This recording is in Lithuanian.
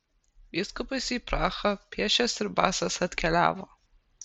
vyskupas į prahą pėsčias ir basas atkeliavo